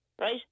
right